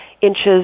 inches